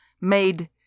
made